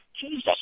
Jesus